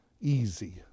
easy